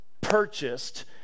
purchased